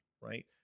right